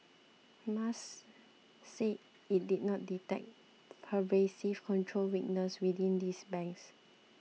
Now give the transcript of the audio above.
M A S said it did not detect pervasive control weaknesses within these banks